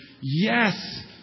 yes